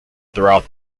throughout